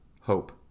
hope